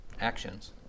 actions